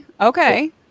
Okay